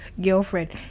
girlfriend